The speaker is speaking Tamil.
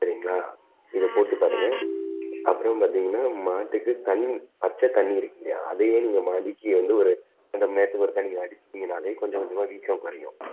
சரிங்களா இதைப் போட்டு பாருங்க அப்புறோம் பார்த்தீங்கன்னா மாட்டுக்கு தண்ணி பச்சைத் தண்ணி இருக்குது இல்லையா அதையே நீங்கள் மடிக்கு வந்து ஒரு ரெண்டு மணி நேரத்துக்கு ஒருக்க நீங்கள் அடிச்சீங்கன்னாலே கொஞ்சம் கொஞ்சமா வீக்கம் குறையும்